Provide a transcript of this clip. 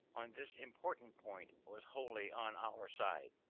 on this important point, was wholly on our side.